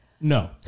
No